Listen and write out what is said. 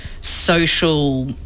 social